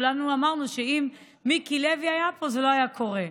כולנו אמרנו שאם מיקי לוי היה פה, זה לא היה קורה.